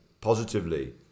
positively